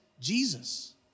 Jesus